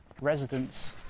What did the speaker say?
residents